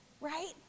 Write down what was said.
right